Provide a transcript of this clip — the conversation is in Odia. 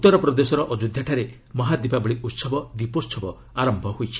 ଉତ୍ତର ପ୍ରଦେଶର ଅଯୋଧ୍ୟାଠାରେ ମହାଦୀପାବଳି ଉତ୍ସବ ଦୀପୋହବ ଆରମ୍ଭ ହୋଇଛି